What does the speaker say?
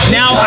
now